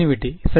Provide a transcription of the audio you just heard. continuity